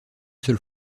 seule